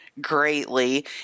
greatly